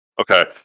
Okay